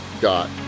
dot